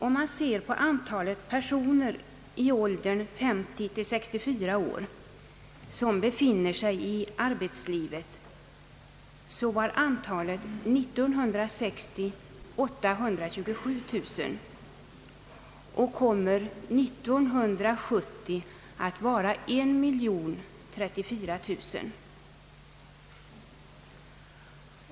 Om man ser på antalet personer i åldern 50—64 år som befinner sig i arbetslivet, så var antalet år 1960 327 000 och kommer år 1970 att vara 1034 000.